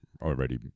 already